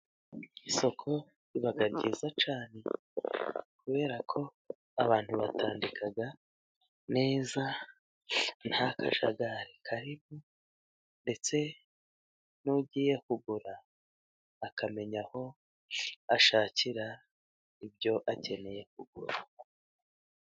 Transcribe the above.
Isoko riba ryiza cyane kubera ko abantu batandika neza nta kajagari kariho, ndetse n'ugiye kugura akamenya aho ashakira ibyo akeneye kugura.